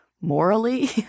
morally